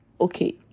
okay